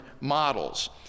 models